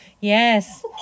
Yes